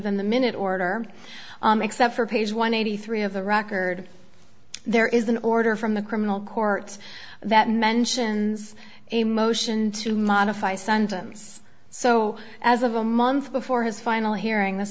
than the minute order except for page one eighty three of the record there is an order from the criminal court that mentions a motion to modify sentence so as of a month before his final hearing this